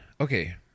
okay